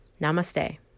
Namaste